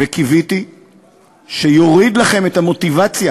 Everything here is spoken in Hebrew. וקיוויתי שזה יוריד לכם את המוטיבציה